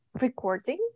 recording